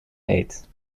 heet